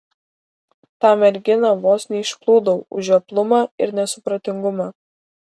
tą merginą vos neišplūdau už žioplumą ir nesupratingumą